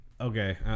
okay